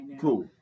Cool